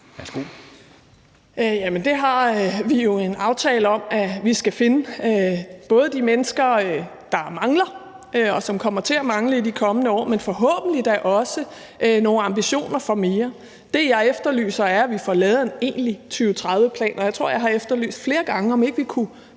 vi har jo en aftale om, at vi skal finde, både de mennesker, der mangler, og som kommer til at mangle i de kommende år, men forhåbentlig da også har nogle ambitioner om mere. Det, jeg efterlyser, er, at vi får lavet en egentlig 2030-plan, og jeg tror, jeg har efterlyst flere gange, om ikke vi kunne